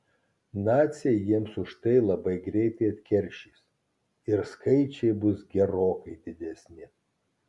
naciai jiems už tai labai greitai atkeršys ir skaičiai bus gerokai didesni